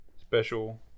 special